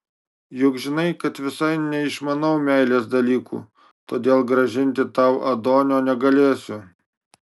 juk žinai kad visai neišmanau meilės dalykų todėl grąžinti tau adonio negalėsiu